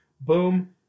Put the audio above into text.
boom